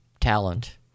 talent